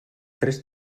tres